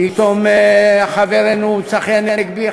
פתאום חברנו צחי הנגבי,